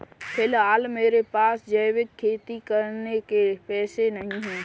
फिलहाल मेरे पास जैविक खेती करने के पैसे नहीं हैं